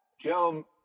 Joe